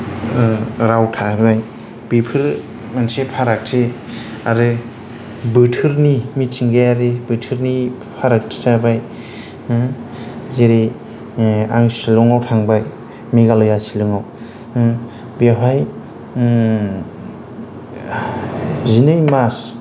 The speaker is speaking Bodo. राव थाबाय बेफोर मोनसे फारागथि आरो बोथोरनि मिथिंगायारि बोथोरनि फारागथि थाबाय जेरै आं शिलङाव थांबाय मेघालया शिलंआव हो बेवहाय जिनै मास